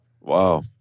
Wow